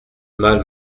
mal